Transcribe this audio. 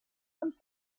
amb